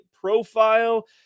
Profile